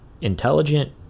intelligent